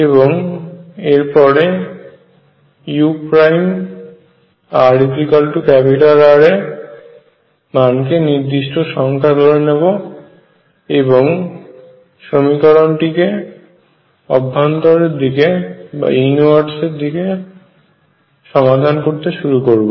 এবং এরপর urR এর মানকে একটি নির্দিষ্ট সংখ্যা ধরে নেব এবং সমীকরণটিকে অভ্যন্তরের দিকে সমাধান করতে শুরু করব